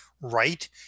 right